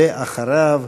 ואחריו,